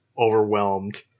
overwhelmed